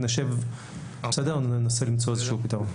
נשב וננסה למצוא איזשהו פתרון.